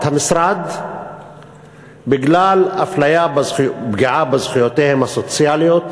המשרד בגלל אפליה ופגיעה בזכויותיהם הסוציאליות,